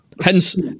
Hence